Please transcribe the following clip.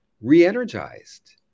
re-energized